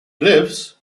lives